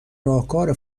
راهکار